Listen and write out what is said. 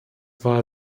war